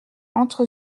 entre